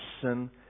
sin